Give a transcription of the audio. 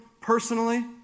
personally